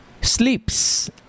sleeps